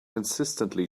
insistently